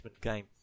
game